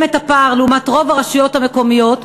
את הפער לעומת רוב הרשויות המקומיות,